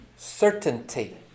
certainty